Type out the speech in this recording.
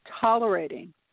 tolerating